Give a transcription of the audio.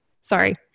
Sorry